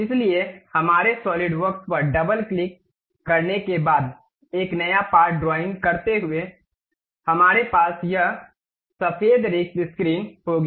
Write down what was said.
इसलिए हमारे सॉलिडवर्क्स पर डबल क्लिक करने के बाद एक नया पार्ट ड्राइंग करते हुए हमारे पास यह सफ़ेद रिक्त स्क्रीन होगी